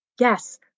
yes